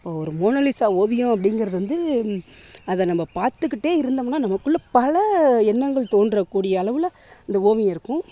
ஒரு மோனலிசா ஓவியம் அப்படிங்கிறது வந்து அதை நம்ப பார்த்துகிட்டே இருந்தோம்னா நமக்குள்ள பல எண்ணங்கள் தோன்றக்கூடிய அளவில் இந்த ஓவியம் இருக்கும்